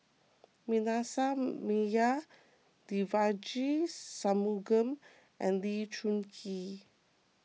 Manasseh Meyer Devagi Sanmugam and Lee Choon Kee